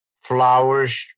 flowers